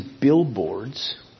billboards